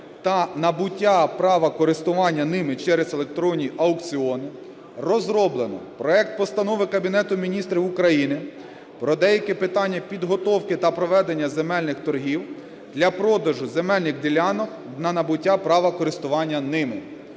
та набуття права користування ними через електронні аукціони" розроблено проект Постанови Кабінету Міністрів України про деякі питання підготовки та проведення земельних торгів для продажу земельних ділянок на набуття права користування ними